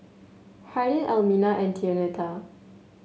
Hardin Elmina and Antonetta